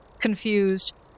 confused